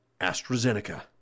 AstraZeneca